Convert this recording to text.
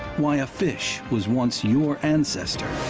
why a fish was once your ancestor